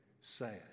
sad